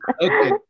Okay